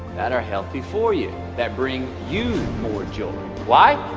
that are healthy for you. that bring you more joy why?